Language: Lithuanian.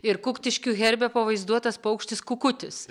ir kuktiškių herbe pavaizduotas paukštis kukutis